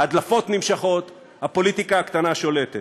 ההדלפות נמשכות, הפוליטיקה הקטנה שולטת.